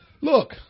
Look